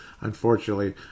Unfortunately